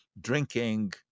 drinking